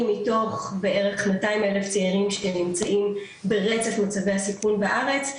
מתוך בערך 200 אלף צעירים שנמצאים ברצף מצבי הסיכון בארץ.